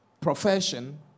profession